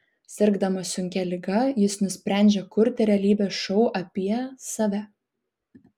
sirgdamas sunkia liga jis nusprendžia kurti realybės šou apie save